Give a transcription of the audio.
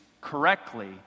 correctly